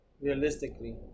realistically